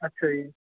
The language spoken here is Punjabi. ਅੱਛਾ ਜੀ